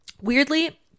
Weirdly